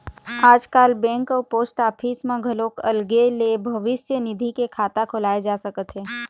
आजकाल बेंक अउ post office म घलोक अलगे ले भविस्य निधि के खाता खोलाए जा सकत हे